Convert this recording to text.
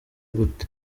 gute